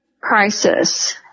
crisis